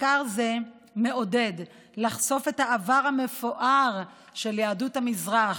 מחקר זה מעודד לחשוף את העבר המפואר של יהדות המזרח